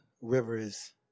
rivers